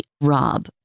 ROB